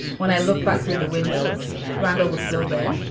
when i looked back through the window rondeau was still there,